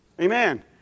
Amen